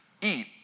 eat